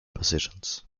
positions